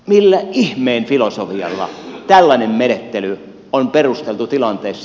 millä ihmeen filosofialla tällainen menettely on perusteltu tilanteessa